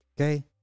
Okay